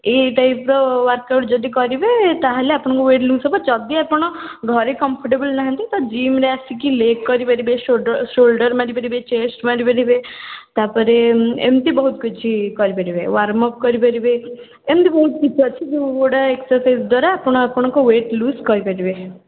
ଏଇ ଟାଇପ୍ର work out ଯଦି କରିବେ ତା'ହାଲେ ଆପଣଙ୍କ ୱେଟ୍ ଲୁଜ୍ ହବ ଯଦି ଆପଣ ଘରେ କମ୍ଫର୍ଟେବଲ୍ ନାହାନ୍ତି ତା'ହେଲେ ଜିମ୍ରେ ଆସିକି ଲେଗ୍ କରିପାରିବେ ସୋଲଡ଼ର୍ ମାରିପାରିବେ ଚେଷ୍ଟ ମାରିପାରିବେ ତା'ପରେ ଏମତି ବହୁତ କିିଛି କରିପାରିବେ ୱାର୍ମ ଅପ୍ କରିପାରିବେ ଏମିତି ବହୁତ କିଛି ଅଛି ଯେଉଁଗୁଡ଼ା ଏକ୍ସରସାଇଜ୍ ଦ୍ୱାରା ଆପଣ ଆପଣଙ୍କ ୱେଟ୍ ଲୁଜ୍ କରିପାରିବେ